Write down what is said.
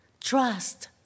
Trust